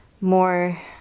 more